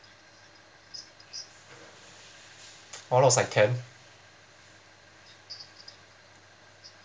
I was like ten